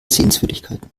sehenswürdigkeiten